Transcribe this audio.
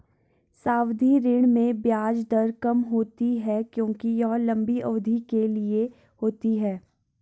सावधि ऋण में ब्याज दर कम होती है क्योंकि यह लंबी अवधि के लिए होती है